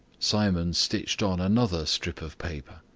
simon stitched on another strip of paper.